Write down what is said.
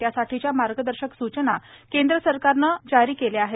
त्यासाठीच्या मार्गदर्शक सूचना केंद्र सरकारनं जारी केल्या आहेत